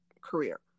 career